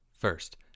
First